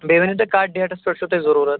بیٚیہِ ؤنِو تُہۍ کَتھ ڈیٹس پٮ۪ٹھ چھُو تۄہہِ ضروٗرت